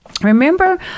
Remember